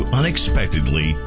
unexpectedly